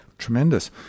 Tremendous